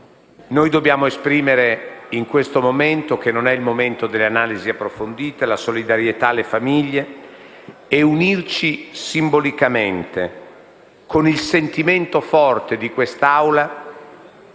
Noi dobbiamo esprimere in questo momento - che non è quello dell'analisi approfondita - la solidarietà alle famiglie e unirci simbolicamente con il sentimento forte di quest'Aula